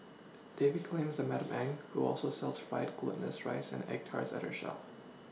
David claims that Madam Eng who also sells fried Glutinous rice and egg Tarts at her shop